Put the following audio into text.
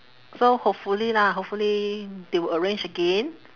so hopefully lah hopefully they will arrange again